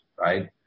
right